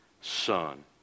son